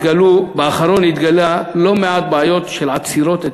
באחרון התגלו לא מעט בעיות של עצירות.